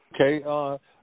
Okay